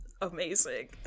Amazing